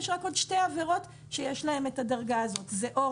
יש רק עוד שתי עבירות שיש להן את הדרגה הזאת - אור